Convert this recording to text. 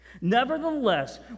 Nevertheless